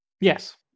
Yes